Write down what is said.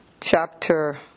chapter